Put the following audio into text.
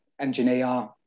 engineer